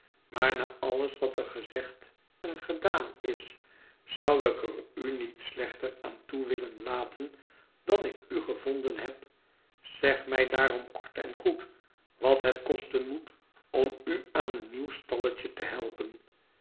maar na alles wat er gezegd en gedaan is zou ik er u niet slechter aan toe willen laten dan ik u gevonden heb zeg mij daarom kort en goed wat het kosten moet om u aan een nieuw stalletje te helpen